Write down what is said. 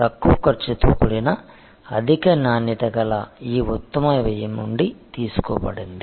తక్కువ ఖర్చుతో కూడిన అధిక నాణ్యత గల ఈ ఉత్తమ వ్యయం నుండి తీసుకోబడుతుంది